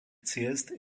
ciest